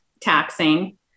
taxing